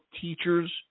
teachers